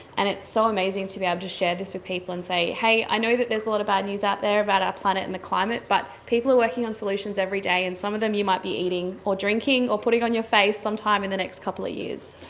and it's so amazing to be able um to share this with people and say, hey, i know that there's a lot of bad news out there about our planet and the climate, but people are working on solutions every day and some of them you might be eating or drinking or putting on your face some time in the next couple of years.